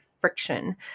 friction